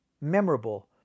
memorable